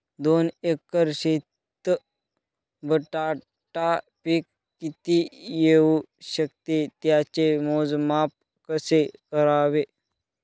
दोन एकर शेतीत बटाटा पीक किती येवू शकते? त्याचे मोजमाप कसे करावे?